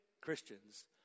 Christians